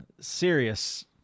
serious